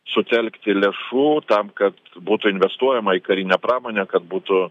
sutelkti lėšų tam kad būtų investuojama į karinę pramonę kad būtų